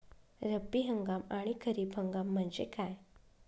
रब्बी हंगाम आणि खरीप हंगाम म्हणजे काय?